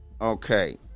okay